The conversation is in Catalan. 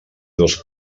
dos